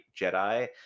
jedi